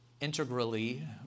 integrally